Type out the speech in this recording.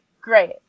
Great